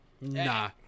Nah